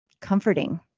comforting